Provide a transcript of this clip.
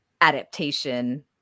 adaptation